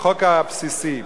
החוק הבסיסי.